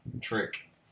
trick